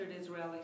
Israeli